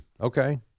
Okay